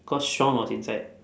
cause shawn was inside